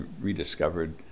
rediscovered